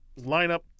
lineup